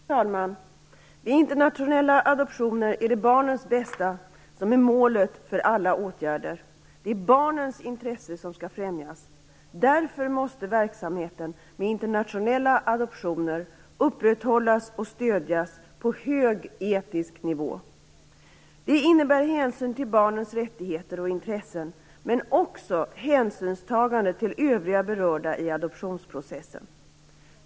Fru talman! Vid internationella adoptioner är det barnens bästa som är målet för alla åtgärder: Det är barnens intressen som skall främjas. Därför måste verksamheten med internationella adoptioner upprätthållas och stödjas på hög etisk nivå. Det innebär hänsyn till barnens rättigheter och intressen men också hänsynstagande till övriga berörda i adoptionsprocessen.